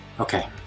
Okay